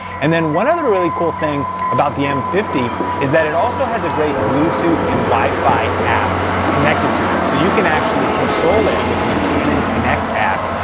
and then one other really cool thing about the m is that it also has a great bluetooth and wifi app connected to it. so you can actually control it with the canon connect app,